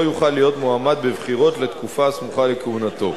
יוכל להיות מועמד בבחירות לתקופה הסמוכה לכהונתו.